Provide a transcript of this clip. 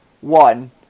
One